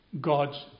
God's